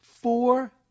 Four